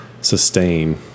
sustain